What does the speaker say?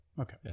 Okay